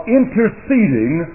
interceding